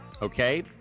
Okay